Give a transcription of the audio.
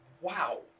Wow